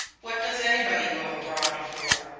what does anybody go abroad for?